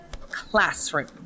classroom